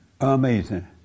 Amazing